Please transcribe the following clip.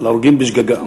להורגים בשגגה.